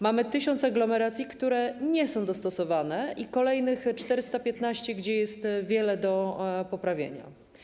Mamy 1000 aglomeracji, które nie są dostosowane, i kolejnych 415, gdzie jest wiele do poprawienia.